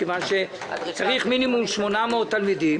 מכיוון שצריך מינימום 800 תלמידים,